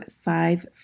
five